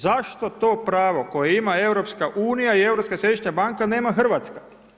Zašto to pravo koje ima EU i Europska središnja banka nema Hrvatska?